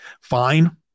Fine